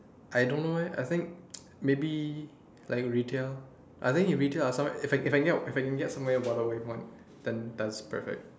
I don't know eh I think maybe like retail I think in retail or somewhere if I can get if I can get somewhere what I would want then that's perfect